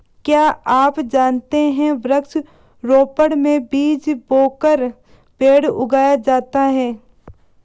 क्या आप जानते है वृक्ष रोपड़ में बीज बोकर पेड़ उगाया जाता है